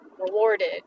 rewarded